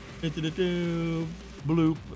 Bloop